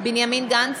בנימין גנץ,